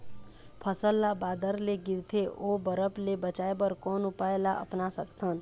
फसल ला बादर ले गिरथे ओ बरफ ले बचाए बर कोन उपाय ला अपना सकथन?